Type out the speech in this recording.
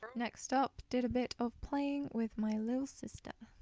next up, did a bit of playing with my little sister.